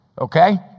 okay